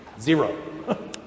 Zero